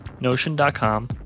Notion.com